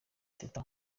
teta